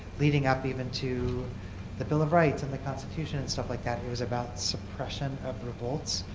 leading up even to the bill of rights and the constitution and stuff like that, it was about suppression of revolts,